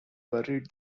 buried